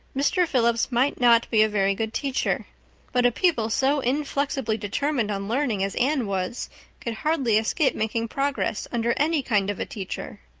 mr. phillips might not be a very good teacher but a pupil so inflexibly determined on learning as anne was could hardly escape making progress under any kind of teacher.